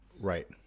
Right